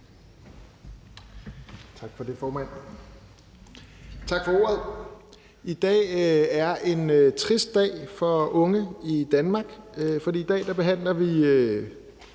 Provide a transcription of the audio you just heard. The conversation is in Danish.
Tak for ordet, formand. I dag er en trist dag for unge i Danmark, for i dag behandler vi